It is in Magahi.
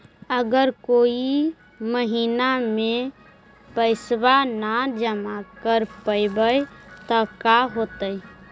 अगर कोई महिना मे पैसबा न जमा कर पईबै त का होतै?